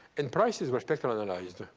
and prices were spectral analyzed.